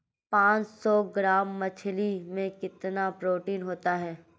पांच सौ ग्राम मछली में कितना प्रोटीन होता है?